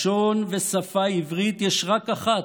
לשון ושפה עברית יש רק אחת,